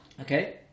Okay